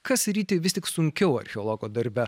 kas ryti vis tik sunkiau archeologo darbe